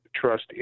trust